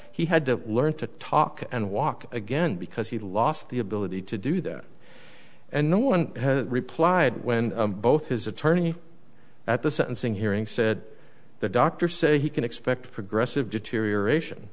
he had to learn to talk and walk again because he lost the ability to do that and no one has replied when both his attorney at the sentencing hearing said the doctors say he can expect a progressive deterioration